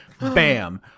bam